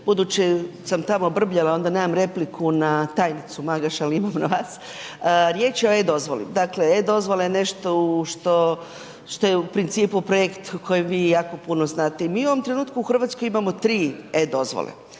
Budući sam tamo brbljava onda nema repliku na tajnicu Magaš ali imam na vas. Riječ je o e-dozvoli. Dakle e-dozvola je nešto u što je u principu projekt o kojem vi jako puno znate i vi u ovom trenutku u Hrvatskoj imamo tri e-dozvole.